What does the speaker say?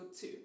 two